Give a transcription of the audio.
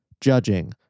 judging